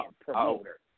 promoter